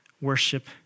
worship